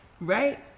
Right